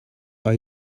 are